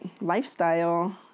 lifestyle